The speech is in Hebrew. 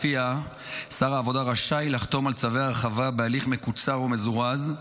שלפיה שר העבודה רשאי לחתום על צווי הרחבה בהליך מקוצר ומזורז,